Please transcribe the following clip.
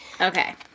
Okay